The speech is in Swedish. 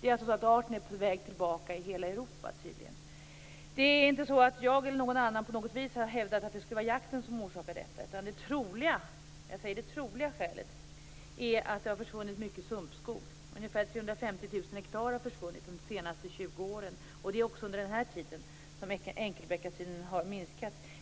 Det är tydligen en tillbakagång i hela Europa när det gäller den här arten. Jag eller någon annan har inte på något vis hävdat att det skulle vara jakten som orsakar detta. Det troliga skälet är att det har försvunnit mycket sumpskog. Ungefär 350 000 hektar har försvunnit under de senaste 20 åren. Det är också under den här tiden som enkelbeckasinen har minskat i antal.